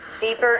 Deeper